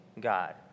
God